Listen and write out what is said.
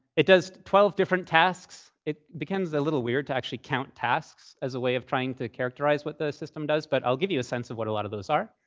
it does twelve different tasks. it becomes a little weird to actually count tasks as a way of trying to characterize what the system does, but i'll give you a sense of what a lot of those are.